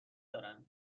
دارند